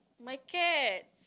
my cats